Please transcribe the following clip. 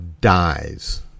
dies